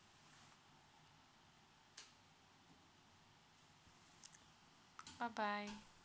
bye bye